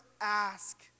ask